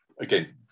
again